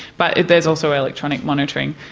but there is also electronic monitoring.